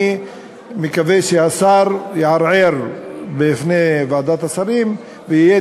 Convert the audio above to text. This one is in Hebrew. אני מקווה שהשר יערער בפני ועדת השרים ויהיה